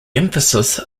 emphasis